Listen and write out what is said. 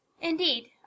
indeed